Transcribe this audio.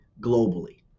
globally